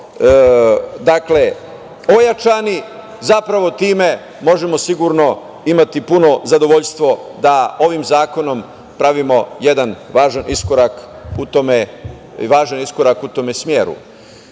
ojačani, zapravo time možemo sigurno imati puno zadovoljstvo da ovim zakonom pravimo jedan važan iskorak u tome smeru. Kada